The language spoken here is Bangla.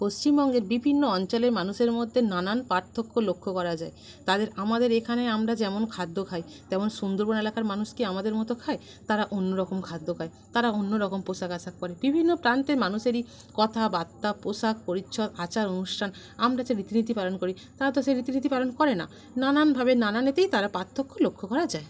পশ্চিমবঙ্গের বিভিন্ন অঞ্চলে মানুষের মধ্যে নানান পার্থক্য লক্ষ্য করা যায় তাদের আমাদের এখানে আমরা যেমন খাদ্য খাই তেমন সুন্দরবন এলাকার মানুষ কি আমাদের মতো খায় তারা অন্য রকম খাদ্য খায় তারা অন্য রকম পোশাক আশাক পরে বিভিন্ন প্রান্তের মানুষেরই কথাবার্তা পোশাক পরিচ্ছদ আচার অনুষ্ঠান আমরা যা রীতিনীতি পালন করি তারা তো সেই রীতিনীতি পালন করে না নানান ভাবে নানা নীতিই তার পার্থক্য লক্ষ্য করা যায়